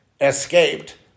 escaped